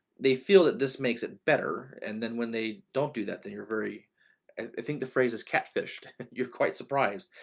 they feel that this makes it better. and then when they don't do that, then you're very, i think the phrase is catfished, you're quite surprised,